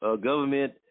government